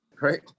right